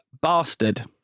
bastard